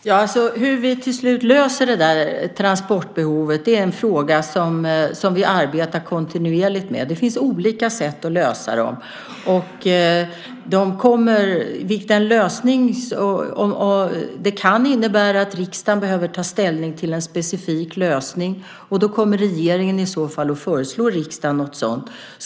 Herr talman! Hur vi till slut löser transportbehovet är en fråga som vi arbetar kontinuerligt med. Det finns olika sätt att lösa transportbehoven. Det här kan innebära att riksdagen behöver ta ställning till en specifik lösning. Då kommer regeringen i så fall att föreslå riksdagen något sådant.